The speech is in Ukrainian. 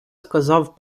сказав